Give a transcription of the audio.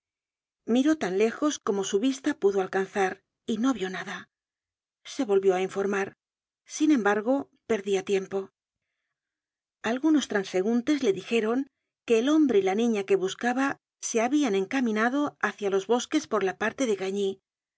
miró tan lejos como su vista pudo alcanzar y no vió nada se volvió á informar sin embargo perdia tiempo algunos transeuntes le dijeron que el hombre y la niña que buscaba se habian encaminado hacia los bosques por la parte de gagny